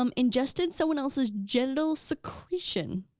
um ingested someone else's genital secretion.